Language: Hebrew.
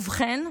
ובכן,